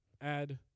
add